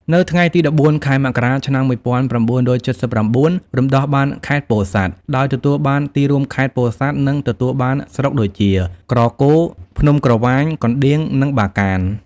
នៅថ្ងៃទី ១៤ ខែមករា ឆ្នាំ ១៩៧៩ រំដោះបានខេត្តពោធិ៍សាត់ ដោយទទួលបានទីរួមខេត្ត ពោធិ៍សាត់ និងទទួលបានស្រុកដូចជា ក្រគរ ភ្នំក្រវាញ កណ្តៀង និងបាកាន។